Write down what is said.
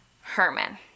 Herman